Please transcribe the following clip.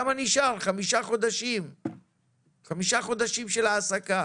מדובר בחמישה חודשים של העסקה.